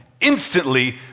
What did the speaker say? Instantly